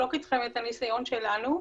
ולחלוק איתכם את הניסיון שלנו.